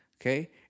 Okay